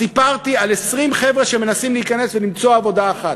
סיפרתי על 20 חבר'ה שמנסים להיכנס ולמצוא עבודה אחת,